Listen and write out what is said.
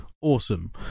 Awesome